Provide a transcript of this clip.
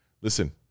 listen